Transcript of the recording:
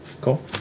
Cool